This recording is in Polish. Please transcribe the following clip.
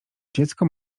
dziecko